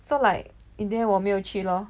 so like in the end 我没有去咯